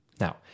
Now